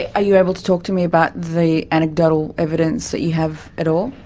are you able to talk to me about the anecdotal evidence that you have at all?